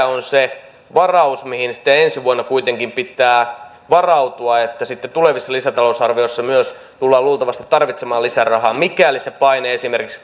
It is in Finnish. on se varaus mihin sitten ensi vuonna kuitenkin pitää varautua että sitten tulevissa lisätalousarvioissa myös tullaan luultavasti tarvitsemaan lisärahaa mikäli se paine esimerkiksi